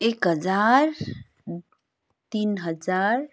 एक हजार तिन हजार